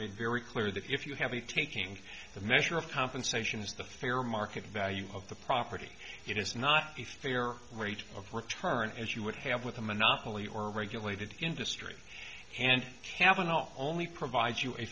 made very clear that if you have the taking the measure of compensation is the fair market value of the property it is not a fair rate of return as you would have with a monopoly or regulated industry and kavanaugh only provide you a